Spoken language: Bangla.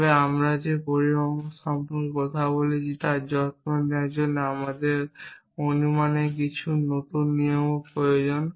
তবে আমরা যে পরিমাপক সম্পর্কে কথা বলেছি তার যত্ন নেওয়ার জন্য আমাদের অনুমানের কিছু নতুন নিয়মও প্রয়োজন